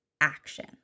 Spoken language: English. action